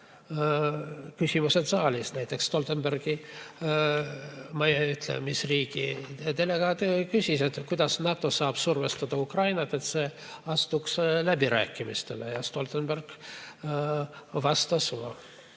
küsimused saalist, näiteks Stoltenbergile. Ma ei ütle, mis riigi delegaat küsis seda, kuidas NATO saaks survestada Ukrainat, et see astuks läbirääkimistesse. Stoltenberg vastas